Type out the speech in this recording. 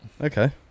Okay